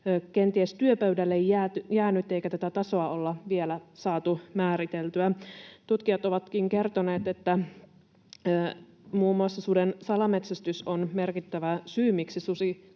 ministerin työpöydälle jäänyt, eikä tätä tasoa ole vielä saatu määriteltyä. Tutkijat ovatkin kertoneet, että muun muassa suden salametsästys on merkittävä syy, miksi